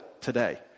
today